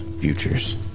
futures